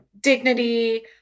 dignity